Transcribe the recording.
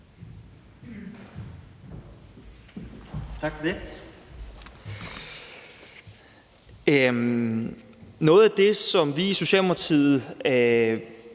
Tak for det.